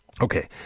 Okay